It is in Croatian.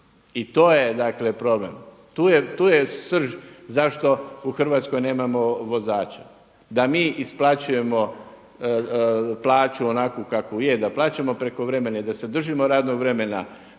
i to je problem. Tu je srž zašto u Hrvatskoj nemamo vozača. DA mi isplaćujemo plaću onakvu kakvu je, da plaćamo prekovremene i da se držimo radnog vremena,